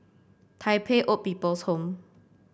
Tai Pei Old People's Home